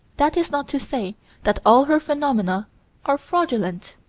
that is not to say that all her phenomena are fraudulent.